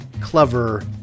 clever